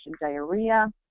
diarrhea